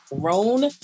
grown